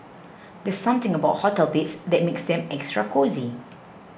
there's something about hotel beds that makes them extra cosy